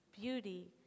beauty